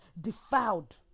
defiled